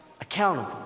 accountable